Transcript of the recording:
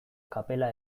kapela